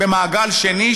במעגל השני,